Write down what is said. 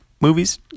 movies